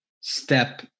Step